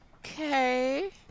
Okay